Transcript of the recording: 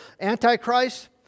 Antichrist